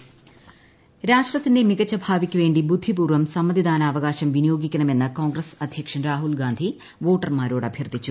രാഹുൽഗാന്ധി രാഷ്ട്രത്തിന്റെ ഭാവിക്കുവേണ്ടി ബുദ്ധിപൂർവ്വം മികച്ച സമ്മതിദാനാവകാശം വിനിയോഗിക്കണമെന്ന് കോൺഗ്രസ്സ് അധ്യക്ഷൻ രാഹുൽഗാന്ധി വോട്ടർമാരോട് അഭ്യർത്ഥിച്ചു